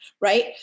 right